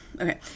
Okay